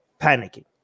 panicking